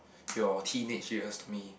your teenage years to me